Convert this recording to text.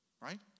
Right